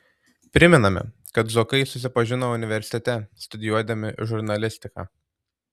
primename kad zuokai susipažino universitete studijuodami žurnalistiką